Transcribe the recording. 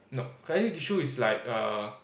nope connective tissue is like err